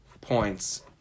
points